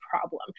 problem